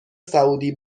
سعودی